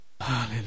Hallelujah